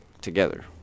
together